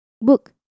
Book